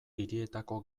hirietako